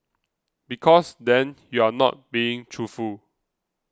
because then you're not being truthful